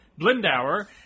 Blindauer